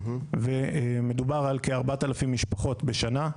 מדובר על כ-4,000 משפחות בשנה,